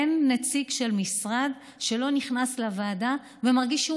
אין נציג של משרד שלא נכנס לוועדה ומרגיש שהוא